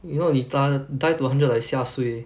if not 你打 die to hundred like xia suay eh